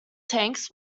tanks